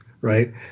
Right